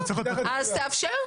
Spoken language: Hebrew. תאפשר.